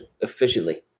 efficiently